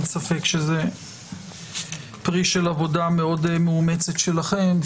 ספק שזה פרי של עבודה מאוד מאומצת שלכם,